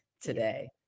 today